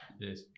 Yes